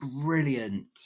brilliant